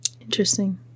interesting